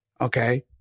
okay